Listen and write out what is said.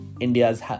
India's